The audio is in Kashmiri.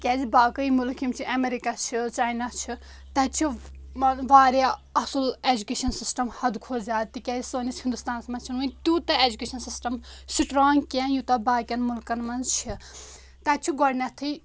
تِکیازِ باقٕے ملک یِم چھِ امریکہ چھُ چاینا چھُ تَتہِ چھُ واریاہ اَصٕل اٮ۪جوکیشَن سِسٹَم حَدٕ کھۄتہٕ زیادٕ تِکیازِ سٲنِس ہِندُستانَس منٛز چھِنہٕ وٕنہِ تیوٗتاہ اٮ۪جوکیشَن سِسٹَم سِٹرٛانٛگ کینٛہہ یوٗتاہ باقیَن ملکَن منٛز چھِ تَتہِ چھِ گۄڈنٮ۪تھٕے